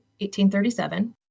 1837